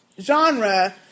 genre